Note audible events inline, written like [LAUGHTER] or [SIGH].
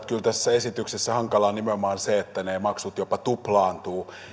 [UNINTELLIGIBLE] kyllä tässä esityksessä hankalaa on nimenomaan se että ne maksut jopa tuplaantuvat